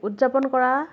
উদযাপন কৰা